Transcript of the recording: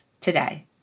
today